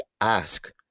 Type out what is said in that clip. ask